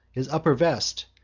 his upper vest,